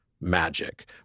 magic